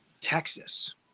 Texas